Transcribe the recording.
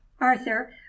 Arthur